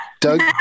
Doug